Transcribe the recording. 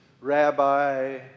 rabbi